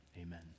amen